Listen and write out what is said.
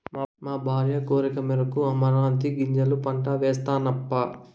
మా భార్య కోరికమేరకు అమరాంతీ గింజల పంట వేస్తినప్పా